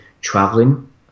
traveling